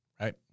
Right